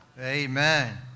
Amen